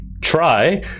try